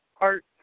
art